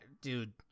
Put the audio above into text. dude